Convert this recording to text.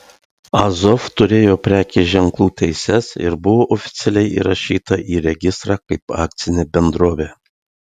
azov turėjo prekės ženklų teises ir buvo oficialiai įrašyta į registrą kaip akcinė bendrovė